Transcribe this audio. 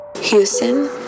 Houston